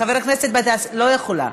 חבר הכנסת גטאס, לא יכולה.